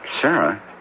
Sarah